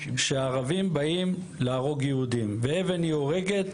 שהערבים באים להרוג יהודים ואבן היא הורגת